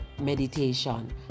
meditation